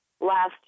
last